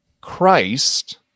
Christ